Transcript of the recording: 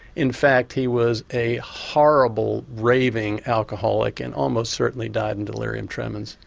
in fact he was a horrible, raving alcoholic and almost certainly died in delirium tremens.